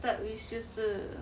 third wish 就是